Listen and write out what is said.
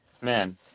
man